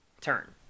turn